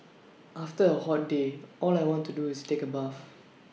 after A hot day all I want to do is take A bath